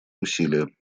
усилия